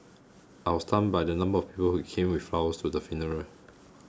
I was stunned by the number of people who came with flowers to the funeral